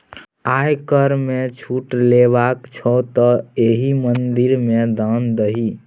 आयकर मे छूट लेबाक छौ तँ एहि मंदिर मे दान दही